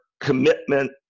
commitment